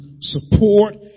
support